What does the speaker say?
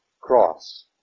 cross